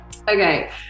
okay